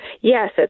Yes